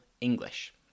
English